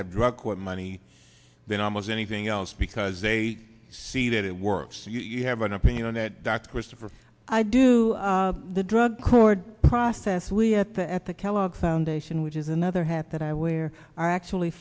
have drug court money than almost anything else because they see that it works so you have an opinion on that dr christopher i do the drug court process we at the at the kellogg foundation which is another hat that i wear are actually